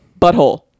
butthole